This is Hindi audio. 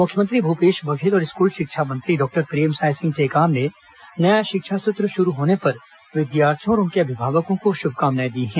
मुख्यमंत्री भूपेश बघेल और स्कूल शिक्षा मंत्री डॉक्टर प्रेमसाय सिंह टेकाम ने नया शिक्षा सत्र शुरू होने पर विद्यार्थियों और उनके अभिभावकों को शुभकामनाएं दी हैं